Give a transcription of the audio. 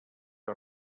que